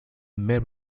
mary